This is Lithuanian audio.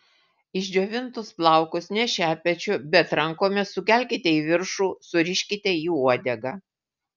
išdžiovintus plaukus ne šepečiu bet rankomis sukelkite į viršų suriškite į uodegą